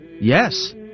Yes